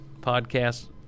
podcast